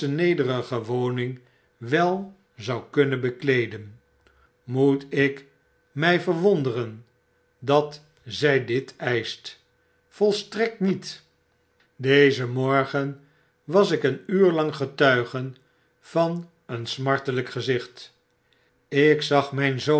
nederige woning wel zou kunnen bekleeden moet ik my verwonderen dat zy dit eischt volstrekt niet dezen morgen was ik eenuurlang getuige van een smartelyk gezicht ik zag myn zoontje